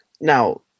now